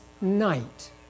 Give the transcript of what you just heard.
night